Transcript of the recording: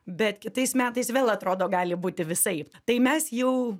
bet kitais metais vėl atrodo gali būti visaip tai mes jau